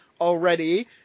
already